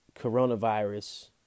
coronavirus